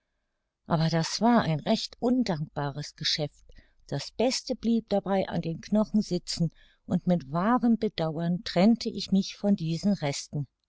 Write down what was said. aber das war ein recht undankbares geschäft das beste blieb dabei an den knochen sitzen und mit wahrem bedauern trennte ich mich von diesen resten